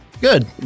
Good